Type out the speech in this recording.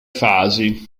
fasi